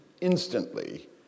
instantly